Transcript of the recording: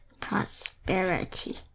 prosperity